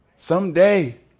Someday